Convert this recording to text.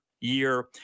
year